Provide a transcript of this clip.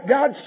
God